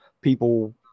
people